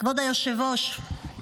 כבוד היושב-ראש,